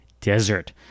Desert